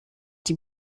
die